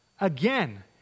again